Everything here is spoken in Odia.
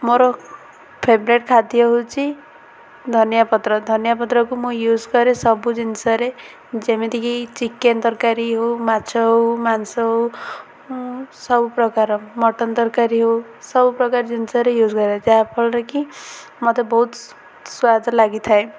ମୋର ଫେବୋରାଇଟ୍ ଖାଦ୍ୟ ହେଉଛି ଧନିଆପତ୍ର ଧନିଆପତ୍ରକୁ ମୁଁ ୟୁଜ୍ କରେ ସବୁ ଜିନିଷରେ ଯେମିତିକି ଚିକେନ୍ ତରକାରୀ ହଉ ମାଛ ହଉ ମାଂସ ହଉ ସବୁ ପ୍ରକାର ମଟନ୍ ତରକାରୀ ହଉ ସବୁ ପ୍ରକାର ଜିନିଷରେ ୟୁଜ୍ କରେ ଯାହାଫଳରେ କି ମତେ ବହୁତ ସ୍ୱାଦ ଲାଗିଥାଏ